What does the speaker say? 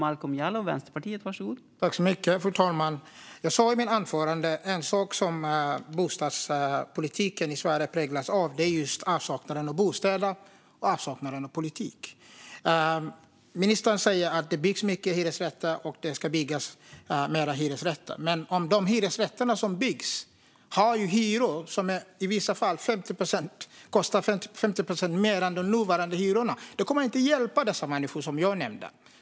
Fru talman! Jag sa i mitt anförande att bostadspolitiken i Sverige präglas av avsaknaden av bostäder och avsaknaden av politik. Ministern säger att det byggs många hyresrätter och att fler ska byggas, men om de hyresrätter som byggs har hyror som i vissa fall är 50 procent högre än nuvarande hyror kommer de inte att hjälpa de människor som jag nämnde.